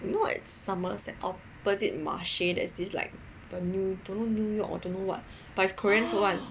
what Somerset opposite Marche there is this like don't know new york or don't know what but is korean food [one]